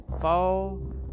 fall